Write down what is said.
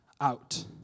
out